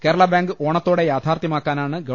Kerala bank ഓണ ത്തോടെ യാഥാർത്ഥ്യ മാക്കാനാണ് ഗവ